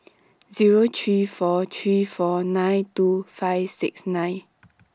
Zero three four three four nine two five six nine